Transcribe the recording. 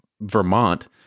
Vermont